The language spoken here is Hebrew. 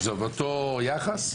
זה באותו יחס?